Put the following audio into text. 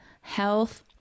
health